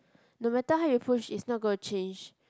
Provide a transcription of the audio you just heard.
no matter how you push it's not gonna change